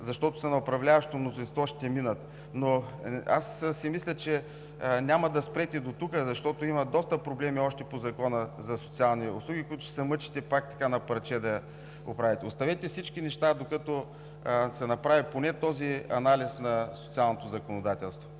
защото са на управляващото мнозинство, ще минат. Мисля си, че няма да спрете дотук, защото има доста проблеми още по Закона за социалните услуги, които ще се мъчите пак така, на парче, да оправяте. Оставете всички неща, докато се направи поне този анализ на социалното законодателство!